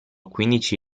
quindici